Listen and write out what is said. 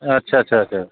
आच्चा आच्चा आच्चा